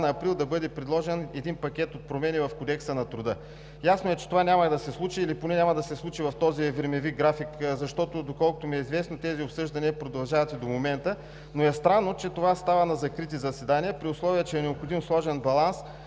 на април да бъде предложен един пакет от промени в Кодекса на труда. Ясно е, че това няма да се случи, или поне няма да се случи в този времеви график, защото, доколкото ми е известно, тези обсъждания продължават и до момента, но е странно, че това става на закрити заседания. При условие че е необходим сложен баланс